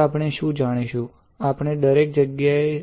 હવે આપણે શું જાણીશું આપણે દરેક જગ્યાએ